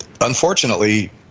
unfortunately